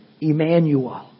Emmanuel